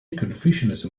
confucianism